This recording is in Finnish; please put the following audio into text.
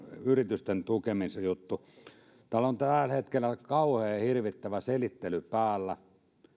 yritysten tukemisjuttuun täällä on tällä hetkellä kauhea ja ja hirvittävä selittely päällä